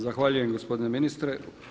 Zahvaljujem gospodine ministre.